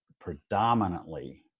predominantly